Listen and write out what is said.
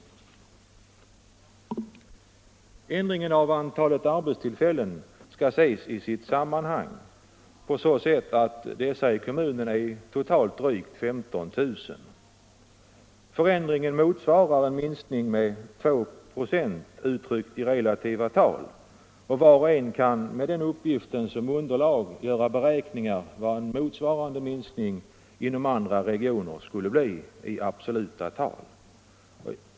Minskningen av antalet arbetstillfällen skall ses i sitt sammanhang. Det totala antalet arbetstillfällen i kommunen är drygt 15 000. Förändringen motsvarar således en minskning med 2 96 uttryckt i relativa tal, och var och en kan med den uppgiften som underlag beräkna vad en motsvarande minskning inom andra regioner skulle bli i absoluta tal.